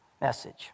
message